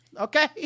okay